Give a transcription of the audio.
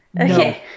Okay